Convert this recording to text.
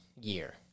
year